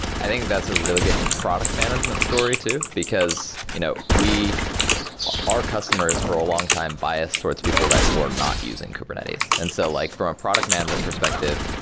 i think that's a really good product management story too, because you know we our customers for a long time bias towards people that were not using kubernetes. and so like from a product management perspective,